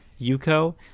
Yuko